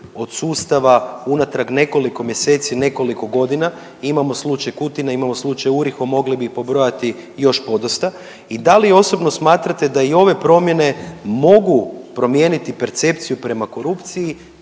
od sustava unatrag nekoliko mjeseci nekoliko godina? Imamo slučaj Kutine, imamo slučaj URIHO mogli bi ih pobrojati još podosta. I da li osobno smatrate da ove promjene mogu promijeniti percepciju prema korupciji